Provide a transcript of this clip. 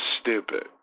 stupid